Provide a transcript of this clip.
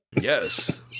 Yes